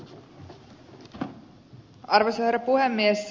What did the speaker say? arvoisa herra puhemies